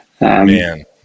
Man